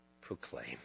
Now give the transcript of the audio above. proclaim